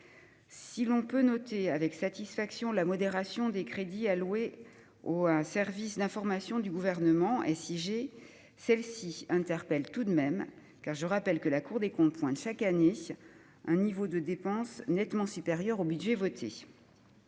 Si l'on peut noter avec satisfaction la modération des crédits alloués au service d'information du Gouvernement (SIG), son cas ne laisse pas malgré tout de nous interpeller, car, je le rappelle, la Cour des comptes pointe chaque année un niveau de dépenses nettement supérieur au budget voté.